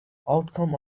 outcome